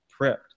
prepped